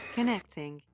Connecting